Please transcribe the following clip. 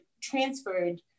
transferred